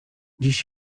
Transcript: dziś